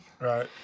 Right